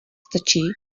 stačí